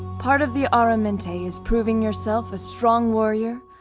part of the aramente is proving yourself a strong warrior,